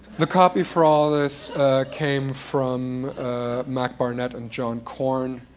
the copy for all this came from mac barnett and john corn,